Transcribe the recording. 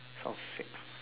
sound sick